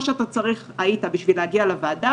מה שהיית צריך בשביל להגיע לוועדה,